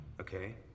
okay